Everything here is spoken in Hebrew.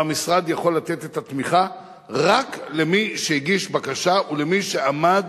שבו המשרד יכול לתת את התמיכה רק למי שהגיש בקשה ולמי שעמד